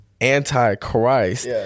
anti-Christ